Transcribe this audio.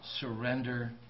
surrender